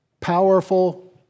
powerful